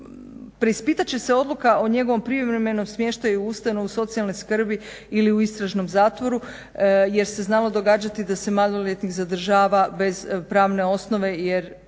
preispitat će se odluka o njegovom privremenom smještaju u ustanovu socijalne skrbi ili u istražnom zatvoru jer se znalo događati da se maloljetnik zadržava bez pravne osnove jer